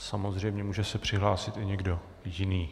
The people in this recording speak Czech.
Samozřejmě může se přihlásit i někdo jiný.